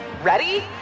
Ready